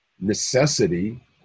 necessity